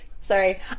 Sorry